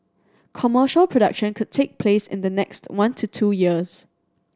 commercial production could take place in the next one to two years